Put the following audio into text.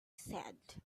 said